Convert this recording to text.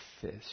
fish